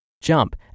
jump